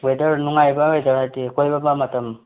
weather ꯅꯨꯡꯉꯥꯏꯕ꯭ꯔꯥ weather ꯍꯥꯏꯗꯤ ꯀꯣꯏꯔꯛꯄ ꯃꯇꯝ